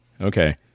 okay